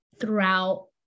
throughout